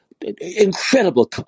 Incredible